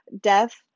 death